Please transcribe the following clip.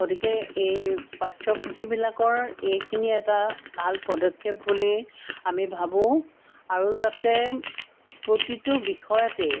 গতিকে এই পাঠ্যপুথিবিলাকৰ এইখিনি এটা ভাল পদক্ষেপ বুলি আমি ভাবোঁ আৰু যাতে প্ৰতিটো বিষয়তেই